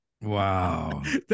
Wow